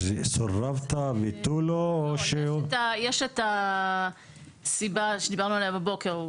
סורבת וטו לא או --- יש את הסיבה שדיברנו עליה בבוקר,